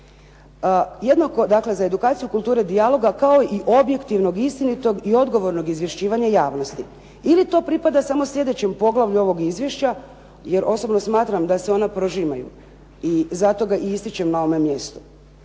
jednako dakle za edukaciju kulture dijaloga, kao i objektivnog, istinitog i odgovornog izvješćivanja javnosti. Ili to pripada samo sljedećem poglavlju ovog izvješća, jer osobno smatram da se ona prožimaju i zato ga i ističem na ovome mjestu.